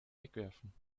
wegwerfen